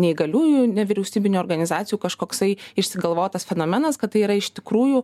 neįgaliųjų nevyriausybinių organizacijų kažkoksai išsigalvotas fenomenas kad tai yra iš tikrųjų